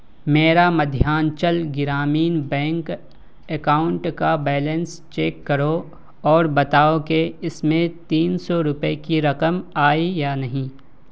میرا Madhyanchal Gramin bank account کا balance check کرو اور بتاؤ کہ اس میں تین سو روپئے کی رقم آئی یا نہیں